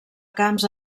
camps